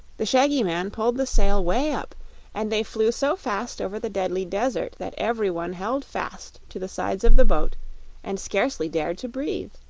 the shaggy man pulled the sail way up and they flew so fast over the deadly desert that every one held fast to the sides of the boat and scarcely dared to breathe.